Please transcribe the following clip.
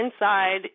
inside